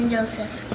Joseph